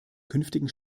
künftigen